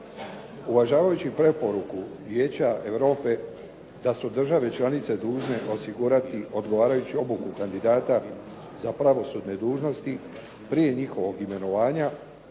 Uvažavajući preporuku Vijeća Europe da su države članice dužne osigurati odgovarajuću obuku kandidata za pravosudne dužnosti prije njihovog imenovanja